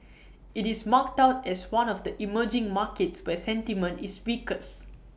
IT is marked out as one of the emerging markets where sentiment is weakest